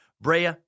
Brea